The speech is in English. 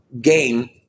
game